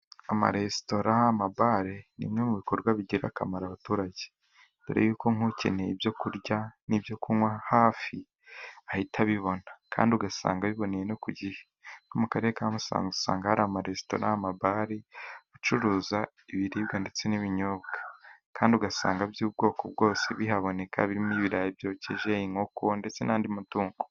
Amaresitora amabare ni bimwe mu bikorwa bigira akamaro abaturage, dore yuko nk'ukeneye ibyo kurya n'ibyo kunywa hafi ahita abibona kandi ugasanga abiboneye no ku gihe, nko mu karere ka Musanze usanga hari amaresitora ,amabare acuruza ibiribwa ndetse n'ibinyobwa kandi ugasanga by'ubwoko bwose bihaboneka, birimo ibirayi byokeje, inkoko, ndetse n'andi matungo.